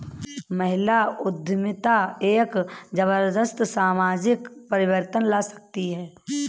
महिला उद्यमिता एक जबरदस्त सामाजिक परिवर्तन ला सकती है